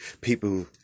People